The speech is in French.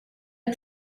des